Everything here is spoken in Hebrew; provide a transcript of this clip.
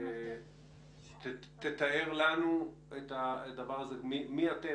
תאר לנו מי אתם,